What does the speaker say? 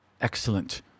Excellent